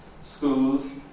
Schools